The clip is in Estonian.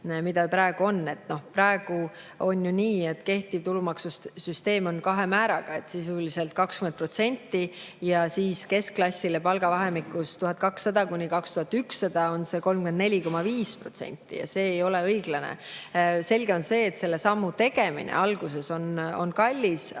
mis praegu on. Praegu on ju nii, et kehtiv tulumaksusüsteem on kahe määraga sisuliselt, 20% ja siis keskklassil palgavahemikus 1200–2100 on see 34,5%. See ei ole õiglane. Selge on see, et selle sammu tegemine alguses on kallis,